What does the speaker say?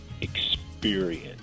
experience